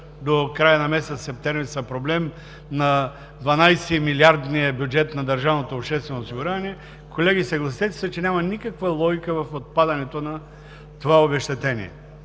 до края на месец септември са проблем на 12-милиардния бюджет на държавното обществено осигуряване, колеги, съгласете се, че няма никаква логика в отпадането на това обезщетение.